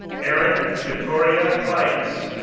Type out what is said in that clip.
erin victoria fykes,